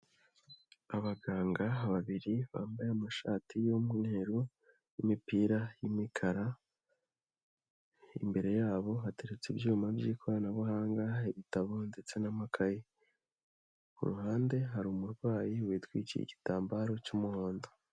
Abaganga babiri bambaye amashati y'umweru n'imipira y'imikara, imbere yabo hateretse ibyuma by'ikoranabuhanga, ibitabo ndetse n'amakayi. Ku ruhande hari umurwayi witwikiye igitambaro cy'umuhondo.